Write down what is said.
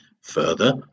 Further